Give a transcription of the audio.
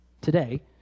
today